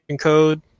code